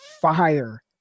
fire